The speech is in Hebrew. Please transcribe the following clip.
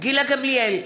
גילה גמליאל,